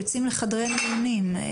יוצאים לחדרי מיונים.